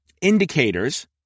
indicators